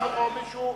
עוד מישהו?